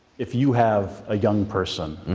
if you have a young person,